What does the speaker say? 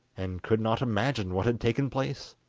and could not imagine what had taken place.